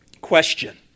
question